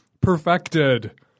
perfected